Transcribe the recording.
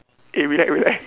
eh relax relax